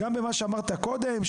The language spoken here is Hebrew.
גם במה שאמרת קודם,